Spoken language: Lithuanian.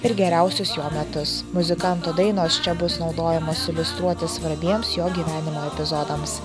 ir geriausius jo metus muzikanto dainos čia bus naudojamos iliustruoti svarbiems jo gyvenimo epizodams